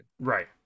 right